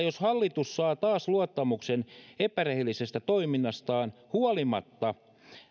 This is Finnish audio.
jos hallitus saa taas luottamuksen epärehellisestä toiminnastaan huolimatta